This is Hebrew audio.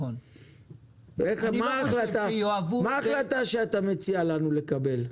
מה ההחלטה שאתה מציע לנו לקבל?